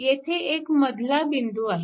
येथे एक मधला बिंदू आहे